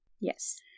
Yes